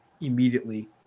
immediately